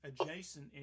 adjacent